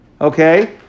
Okay